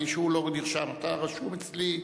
הפתרון, לפתור את הבעיה,